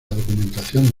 documentación